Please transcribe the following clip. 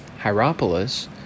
Hierapolis